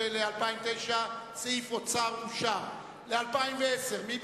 אוצר, לשנת 2009, נתקבל.